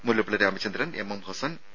Mullappally Ramachandran MM Hassan P